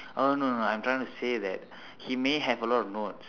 oh no no no I'm trying to say that he may have a lot of notes